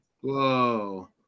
Whoa